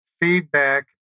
feedback